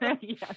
Yes